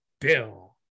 Bill